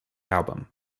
album